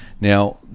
Now